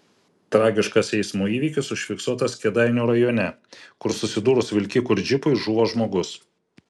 tragiškas eismo įvykis užfiksuotas kėdainių rajone kur susidūrus vilkikui ir džipui žuvo žmogus